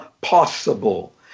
possible